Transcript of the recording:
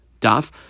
daf